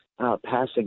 Passing